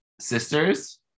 Sisters